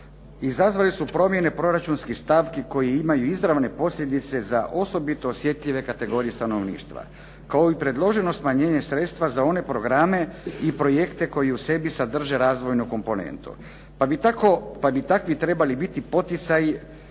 izazvale su promjene proračunskih stavki koje imaju izravne posljedice za osobito osjetljive kategorije stanovništva kao i predloženo smanjenje sredstva za one programe i projekte koji u sebi sadrže razvojnu komponentu. Pa bi takvi trebali biti poticaji